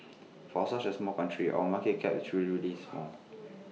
for such A small country our market cap is really really small